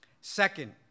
Second